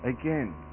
again